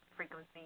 frequency